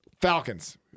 Falcons